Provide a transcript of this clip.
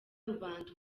rubanda